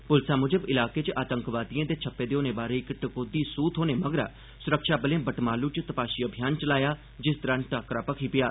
पुलसा मुजब इलाके च आतंकवादिएं दे छप्पे दे होने बारै इक टकोह्दी सूह थ्होने मगरा सुरक्षाबलें बटमालू च तपाशी अभियान चलाया जिस दौरान टाक्करा भखी पेआ